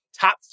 top